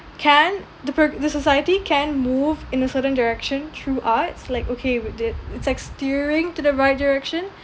can the pro~ the society can move in a certain direction through arts like okay with it it's like steering to the right direction